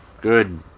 good